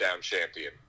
champion